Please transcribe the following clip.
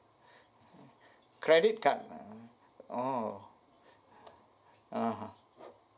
credit card ah oh (uh huh)